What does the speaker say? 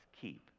keep